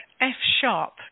F-sharp